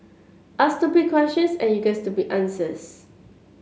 ask stupid questions and you get stupid answers